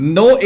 no